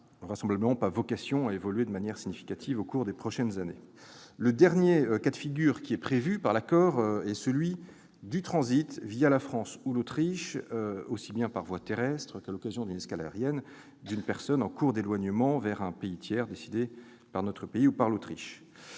vraisemblablement pas vocation à évoluer de manière significative au cours des prochaines années. Le troisième et dernier cas de figure prévu par l'accord est celui du transit la France ou l'Autriche, aussi bien par voie terrestre qu'à l'occasion d'une escale aérienne, d'une personne en cours d'éloignement vers un pays tiers décidé par notre pays ou par l'Autriche.